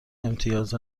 امتیاز